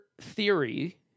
theory